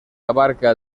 abarca